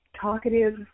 Talkative